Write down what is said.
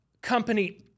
company